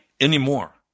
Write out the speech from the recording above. anymore